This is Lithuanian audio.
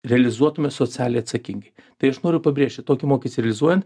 realizuotume socialiai atsakingai tai aš noriu pabrėžti tokį mokestį realizuojant